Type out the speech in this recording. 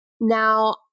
Now